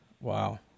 Wow